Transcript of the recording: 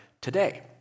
today